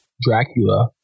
Dracula